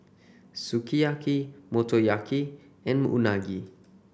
Sukiyaki Motoyaki and Unagi